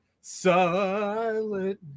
Silent